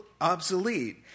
obsolete